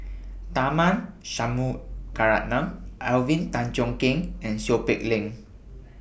Tharman Shanmugaratnam Alvin Tan Cheong Kheng and Seow Peck Leng